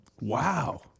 Wow